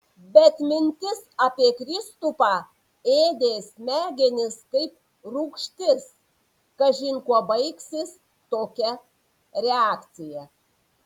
bet mintis apie kristupą ėdė smegenis kaip rūgštis kažin kuo baigsis tokia reakcija